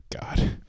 God